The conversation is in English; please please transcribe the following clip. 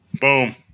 Boom